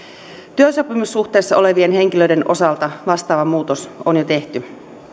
työsopimussuhteessa olevien henkilöiden osalta vastaava muutos on jo tehty